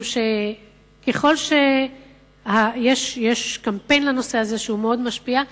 יש קמפיין לנושא, שמאוד משפיע,